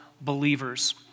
believers